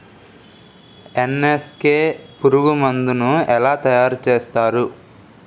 NSK పురుగు మందు ను ఎలా తయారు చేస్తారు?